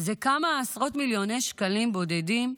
זה כמה עשרות מיליוני שקלים בודדים.